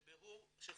זה בירור שחשוב,